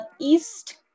East